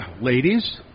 Ladies